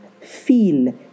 feel